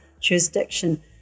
jurisdiction